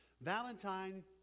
Valentine